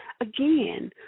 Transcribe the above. again